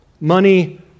money